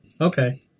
okay